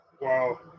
wow